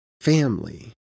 family